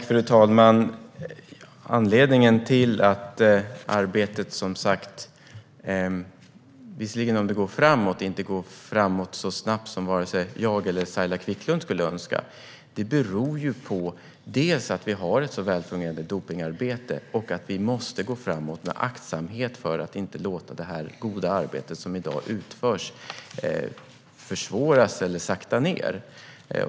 Fru talman! Anledningen till arbetet inte går framåt så snabbt som både Saila Quicklund och jag skulle önska är ju att vi har ett så väl fungerande dopningsarbete, så att vi måste gå framåt med aktsamhet för att inte låta det goda arbete som i dag utförs försvåras eller sakta av.